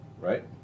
right